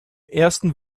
ersten